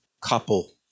couple